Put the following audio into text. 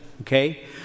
okay